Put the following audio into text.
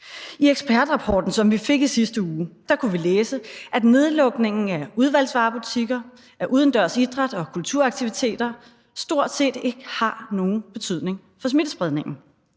I ekspertrapporten, som vi fik i sidste uge, kunne vi læse, at nedlukningen af udvalgsvarebutikker, af udendørs idræts- og kulturaktiviteter stort set ikke har nogen betydning for smittespredningen.